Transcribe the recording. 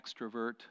extrovert